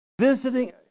Visiting